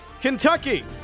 Kentucky